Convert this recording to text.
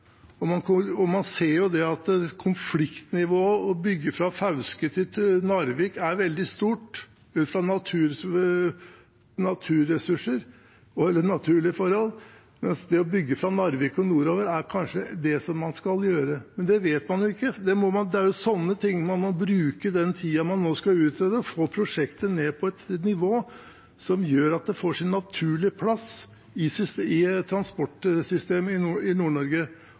veldig stort ut fra naturressurser og naturlige forhold. Mens det å bygge fra Narvik og nordover er kanskje det man skal gjøre. Men det vet man ikke. Det er jo sånne ting man må bruke tiden på når man nå skal utrede – få prosjektet ned på et nivå som gjør at det får sin naturlige plass i transportsystemet i